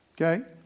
Okay